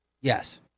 Yes